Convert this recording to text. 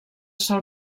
sol